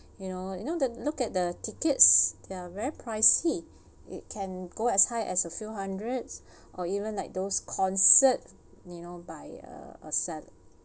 you know you know that look at the tickets they're very pricey it can go as high as a few hundreds or even like those concert you know by uh uh a person